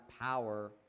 power